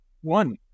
one